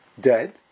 dead